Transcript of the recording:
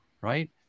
right